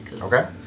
Okay